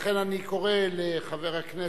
לכן, אני קורא לחבר הכנסת